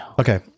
Okay